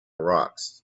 rocks